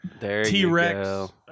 T-Rex